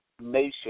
nation